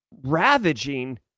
ravaging